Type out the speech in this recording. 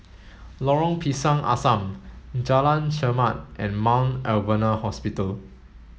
Lorong Pisang Asam Jalan Chermat and Mount Alvernia Hospital